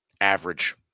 average